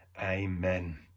amen